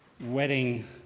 wedding